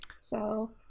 So-